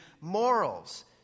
morals